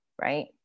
right